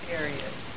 areas